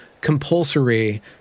compulsory